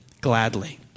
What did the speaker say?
gladly